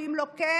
שאם לא כן,